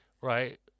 right